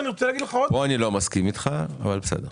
פה אני לא מסכים אתך, אבל בסדר.